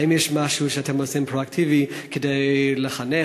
האם יש משהו פרואקטיבי שאתם עושים כדי לחנך,